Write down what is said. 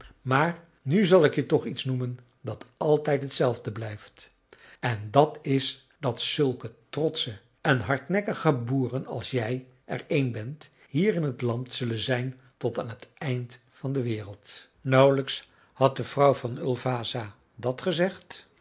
maar nu zal ik je toch iets noemen dat altijd hetzelfde blijft en dat is dat zulke trotsche en hardnekkige boeren als jij er een bent hier in t land zullen zijn tot aan t eind van de wereld nauwelijks had de vrouw van ulvasa dat gezegd